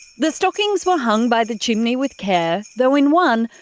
the stockings were hung by the chimney with care, though in one,